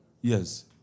Yes